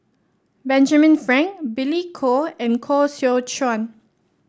Benjamin Frank Billy Koh and Koh Seow Chuan